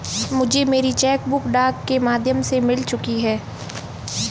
मुझे मेरी cheque book डाक के माध्यम से मिल चुकी है